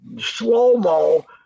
slow-mo